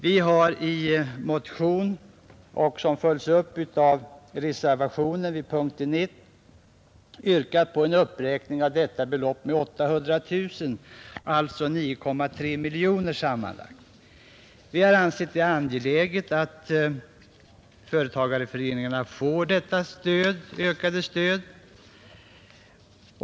Vi har i motionen 1059, som följs upp i reservationen 1, vid punkten 1 yrkat på en uppräkning av detta belopp med 800 000 kronor, alltså sammanlagt 9,3 miljoner kronor. Vi har ansett det angeläget att företagareföreningarna får detta ökade stöd.